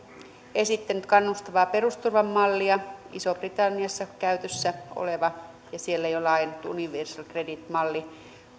esittänyt kannustavan perusturvan mallia isossa britanniassa käytössä oleva ja siellä jo laajennettu universal credit malli